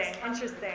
interesting